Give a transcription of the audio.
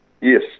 yes